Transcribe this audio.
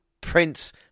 Prince